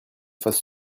fasse